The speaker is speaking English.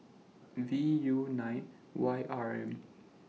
V U nine Y R M